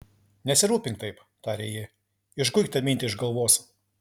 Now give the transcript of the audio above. nesirūpink taip tarė ji išguik tą mintį iš galvos